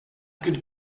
could